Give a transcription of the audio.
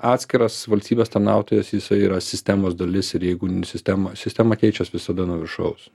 atskiras valstybės tarnautojas jisai yra sistemos dalis ir jeigu sistema sistema keičias visada nuo viršaus